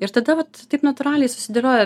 ir tada va taip natūraliai susidėlioja